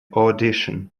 audition